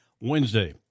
Wednesday